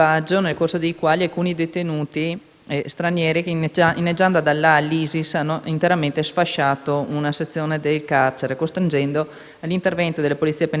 stranieri, inneggiando ad Allah e all'ISIS, hanno interamente sfasciato una sezione del carcere, costringendo all'intervento della polizia penitenziaria in tenuta antisommossa.